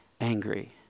angry